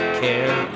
care